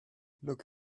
look